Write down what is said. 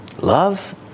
love